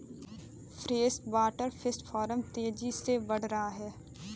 freshwater fish farm तेजी से बढ़ रहा है